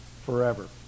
forever